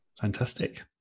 Fantastic